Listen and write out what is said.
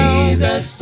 Jesus